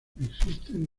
existen